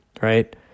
right